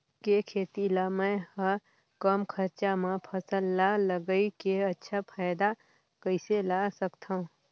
के खेती ला मै ह कम खरचा मा फसल ला लगई के अच्छा फायदा कइसे ला सकथव?